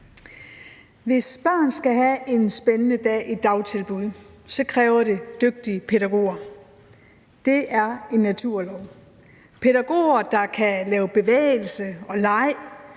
Hvis børn skal have en spændende dag i et dagtilbud, kræver det dygtige pædagoger – det er en naturlov – pædagoger, der kan lave bevægelse og leg;